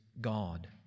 God